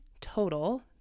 total